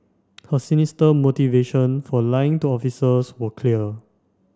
her sinister motivation for lying to officers was clear